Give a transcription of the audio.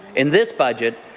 in this budget,